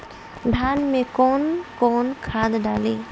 धान में कौन कौनखाद डाली?